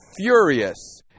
furious